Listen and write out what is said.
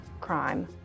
crime